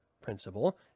principle